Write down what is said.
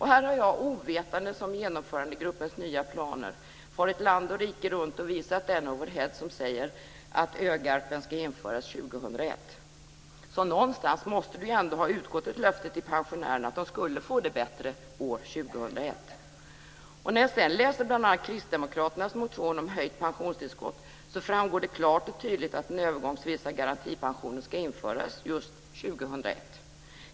Här har jag ovetandes om Genomförandegruppens nya planer farit land och rike runt och visat den overheadbild som säger att Ö-garpen ska införas 2001, så någonstans måste det ändå ha utgått ett löfte till pensionärerna om att de skulle få det bättre år 2001. När jag sedan läser bl.a. kristdemokraternas motion om höjt pensionstillskott framgår det klart och tydligt att den övergångsvisa garantipensionen ska införas just 2001.